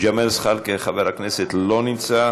ג'מאל זחאלקה, חבר הכנסת, אינו נוכח,